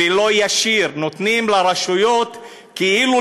ולא ישיר: נותנים לרשויות כאילו,